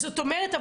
זאת אומרת,